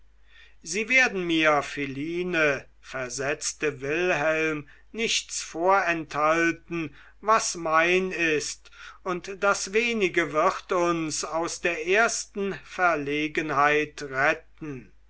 sie werden mir philine versetzte wilhelm nichts vorenthalten was mein ist und das wenige wird uns aus der ersten verlegenheit retten